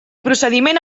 procediment